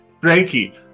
Frankie